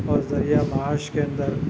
اور ذریعہ معاش کے اندر